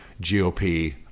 GOP